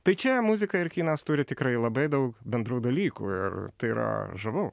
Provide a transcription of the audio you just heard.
tai čia muzika ir kinas turi tikrai labai daug bendrų dalykų ir tai yra žavu